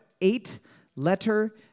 eight-letter